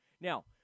Now